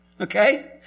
Okay